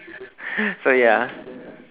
so ya